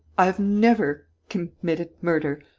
i have never committed murder.